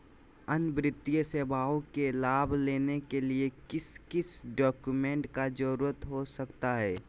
अन्य वित्तीय सेवाओं के लाभ लेने के लिए किस किस डॉक्यूमेंट का जरूरत हो सकता है?